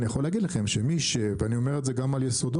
ואני יכול להגיד לכם ואני אומר את זה גם על יסודות,